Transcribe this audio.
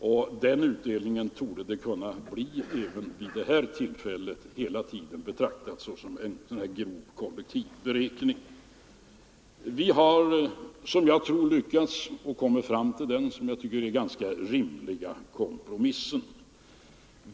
Samma utdelning borde det alltså kunna bli även vid det här tillfället — det är att betrakta som en grov kollektiv beräkning. Vi har lyckats komma fram till den som jag tycker ganska rimliga kompromissen.